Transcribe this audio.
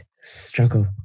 struggle